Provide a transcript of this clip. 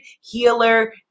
healer